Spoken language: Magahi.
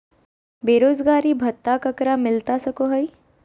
बेरोजगारी भत्ता ककरा मिलता सको है?